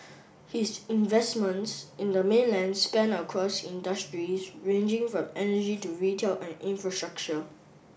his investments in the mainland span across industries ranging from energy to retail and infrastructure